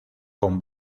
con